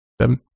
Seven